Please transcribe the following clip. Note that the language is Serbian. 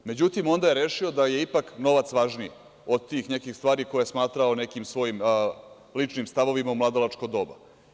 Međutim, onda je rešio da je ipak novac važniji od tih nekih stvari koje je smatrao nekim svojim ličnim stavovima u mladalačko doba.